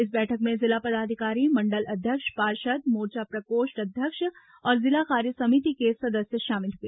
इस बैठक में जिला पदाधिकारी मंडल अध्यक्ष पार्षद मोर्चा प्रकोष्ठ अध्यक्ष और जिला कार्यसमिति को सदस्य शामिल हुए